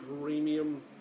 premium